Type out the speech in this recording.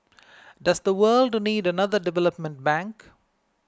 does the world need another development bank